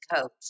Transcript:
coach